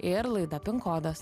ir laida pink kodas